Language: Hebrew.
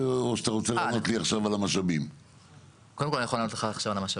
או שאתה רוצה לענות לי עכשיו על המשאבים?